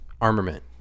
armament